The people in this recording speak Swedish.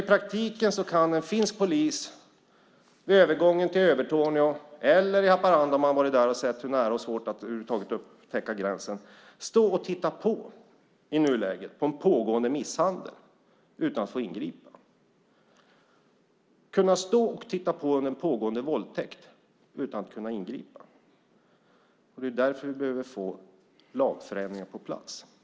I praktiken kan en finsk polis vid övergången till Övertorneå, eller i Haparanda - den som har varit där har sett hur nära gränsen är och svårt det är att över huvud taget upptäcka gränsen - i nuläget stå och titta på en pågående misshandel eller våldtäkt utan att få ingripa. Det är därför vi behöver få lagförändringar på plats.